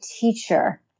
teacher